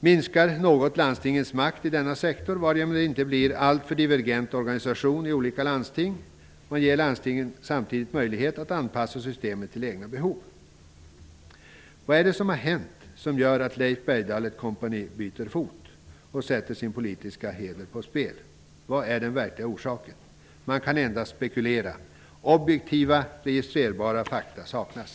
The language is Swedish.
Landstingens makt minskas något i denna sektor, bara det inte blir en alltför divergent organisation i olika landsting, och samtidigt ges landstingen möjlighet att anpassa systemet till egna behov. Vad är det som har hänt som gör att Leif Bergdahl och company byter fot och sätter sin politiska heder på spel? Vad är den verkliga orsaken? Det går endast att spekulera. Objektiva, registrerbara fakta saknas.